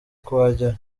kuhagera